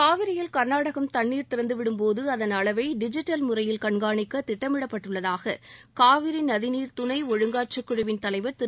காவிரியில் கர்நாடகம் தண்ணீர் திறந்துவிடும்போது அதன் அளவை டிஜிட்டல் முறையில் கண்காணிக்க திட்டமிடப்பட்டுள்ளதாக காவிரி நதிநீர் துணை ஒழுங்காற்றுக் குழுவின் தலைவர் திரு